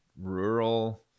rural